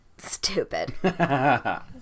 Stupid